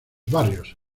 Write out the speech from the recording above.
barrios